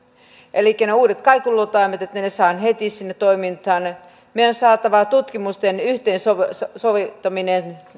elikkä ne uudet kaikuluotaimet saadaan heti toimintaan meidän on saatava tutkimusten yhteensovittaminen